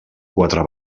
quatre